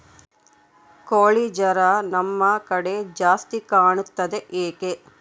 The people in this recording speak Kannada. ಕೋಳಿ ಜ್ವರ ನಮ್ಮ ಕಡೆ ಜಾಸ್ತಿ ಕಾಣುತ್ತದೆ ಏಕೆ?